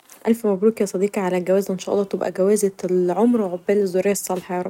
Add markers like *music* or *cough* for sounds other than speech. الف مبروك يا صديقي علي الجواز و ان شاء الله تبقي جوازه العمر *noise* و عقبال الذريه الصالحه يارب